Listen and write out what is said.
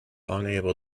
unable